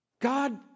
God